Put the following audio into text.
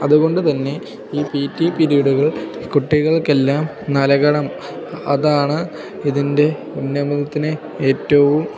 അതുകൊണ്ട് തന്നെ ഈ പി ടി പിരീഡുകൾ കുട്ടികൾക്കെല്ലാം നൽകണം അതാണ് ഇതിൻ്റെ ഉന്നമനത്തിന് ഏറ്റവും